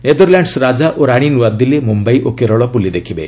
Netherlands ରାଜା ଓ ରାଣୀ ନୂଆଦିଲ୍ଲୀ ମୁମ୍ୟାଇ ଓ କେରଳ ବୁଲି ଦେଖିବେ